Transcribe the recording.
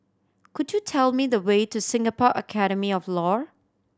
could you tell me the way to Singapore Academy of Law